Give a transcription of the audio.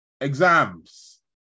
exams